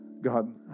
God